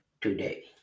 today